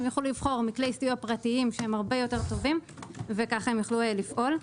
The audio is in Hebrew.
יוכלו לבחור מכלי סיוע פרטיים שהם הרבה יותר טובים וכך יוכלו לפעול.